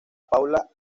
paula